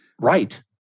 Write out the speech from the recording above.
Right